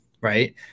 right